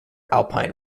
alpine